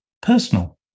personal